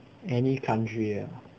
any country ah